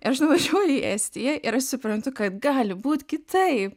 ir aš nuvažiuoju į estiją ir aš suprantu kad gali būt kitaip